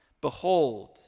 Behold